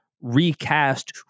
recast